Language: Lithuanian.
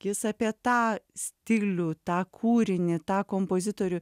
jis apie tą stilių tą kūrinį tą kompozitorių